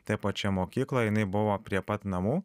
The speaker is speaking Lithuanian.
toj pačioj mokykloj jinai buvo prie pat namų